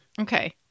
Okay